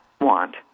want